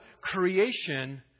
creation